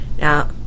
Now